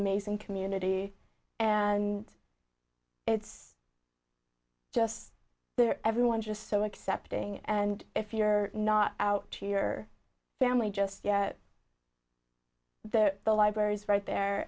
amazing community and it's just there everyone just so accepting and if you're not out to your family just yet they're the libraries right there